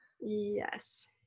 Yes